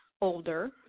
older